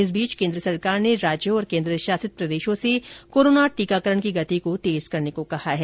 इस बीच केन्द्र सरकार ने राज्यों और केन्द्रशासित प्रदेशों से कोरोना टीकाकरण की गति को तेज करने को कहा है